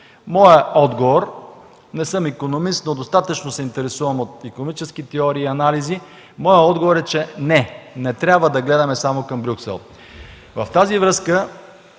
Моят отговор – не съм икономист, но достатъчно се интересувам от икономически теории и анализи, е: не, не трябва да гледаме само към Брюксел. В тази връзка